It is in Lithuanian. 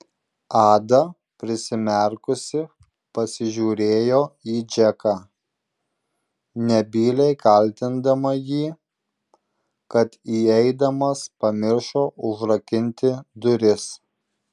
ada prisimerkusi pasižiūrėjo į džeką nebyliai kaltindama jį kad įeidamas pamiršo užrakinti duris